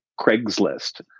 Craigslist